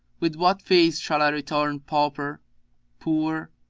with what face shall i return pauper poor?